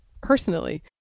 personally